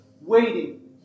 waiting